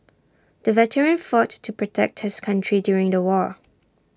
the veteran fought to protect his country during the war